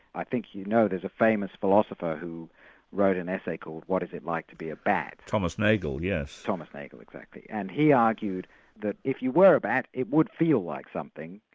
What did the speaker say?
i think you know there's a famous philosopher who wrote an essay called, what is it like to be a bat? thomas nagel, yes. thomas nagel, exactly. and he argued that if you were a bat it would feel like something,